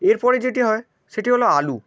এরপরে যেটি হয় সেটি হল আলু